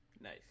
Nice